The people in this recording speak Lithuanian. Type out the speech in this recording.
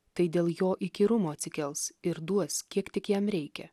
tai dėl jo įkyrumo atsikels ir duos kiek tik jam reikia